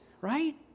right